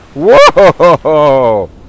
Whoa